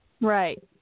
Right